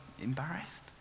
embarrassed